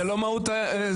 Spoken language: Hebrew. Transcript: זה לא מהות הישיבה.